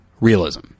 realism